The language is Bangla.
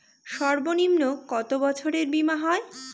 সর্বনিম্ন কত বছরের বীমার হয়?